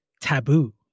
taboo